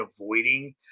avoiding